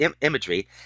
imagery